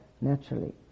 naturally